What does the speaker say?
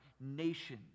nation